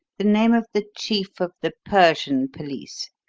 the name of the chief of the persian police.